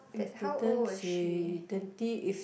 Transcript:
that how old was she